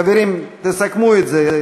חברים, תסכמו את זה.